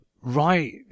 right